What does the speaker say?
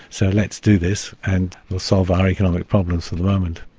so let's do this and we'll solve our economic problems for the moment.